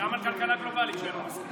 גם על כלכלה גלובלית שנינו מסכימים.